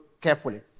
carefully